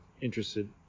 interested